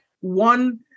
one